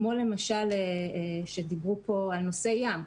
כמו למשל כשדברו על נושא של חקר הים.